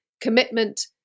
Commitment